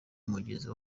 mugenzi